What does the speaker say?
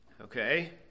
okay